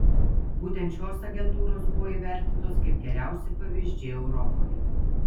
būtent šios agentūros buvo įvertintos kaip geriausi pavyzdžiai europoje